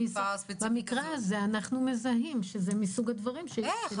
במקרה הזה אנחנו מזהים שזה מסוג הדברים --- איך?